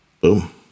Boom